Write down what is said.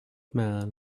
man